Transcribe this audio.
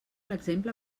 exemple